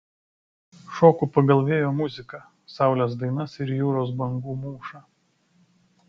šoku pagal vėjo muziką saulės dainas ir jūros bangų mūšą